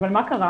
אבל מה קרה?